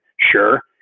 sure